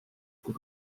kui